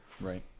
Right